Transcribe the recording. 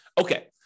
Okay